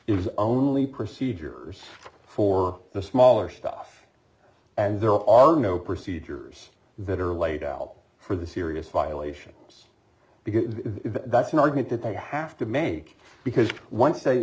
is only procedures for the smaller stuff and there are no procedures that are laid out for the serious violations because that's an argument that they have to make because once